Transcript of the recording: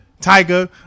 Tiger